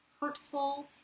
hurtful